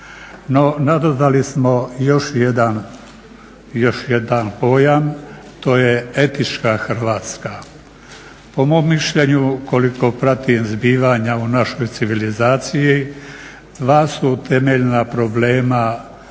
nadodali smo još jedan pojam, to je etička Hrvatska. Po mom mišljenju koliko pratim zbivanja u našoj civilizaciji, dva su temeljna problema